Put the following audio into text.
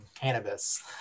cannabis